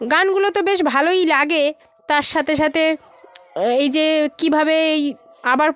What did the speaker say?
গানগুলো তো বেশ ভালই লাগে তার সাথে সাথে এই যে কীভাবে এই আবার